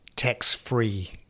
tax-free